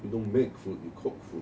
you don't make food you cook food